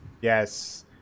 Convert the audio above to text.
Yes